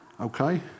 Okay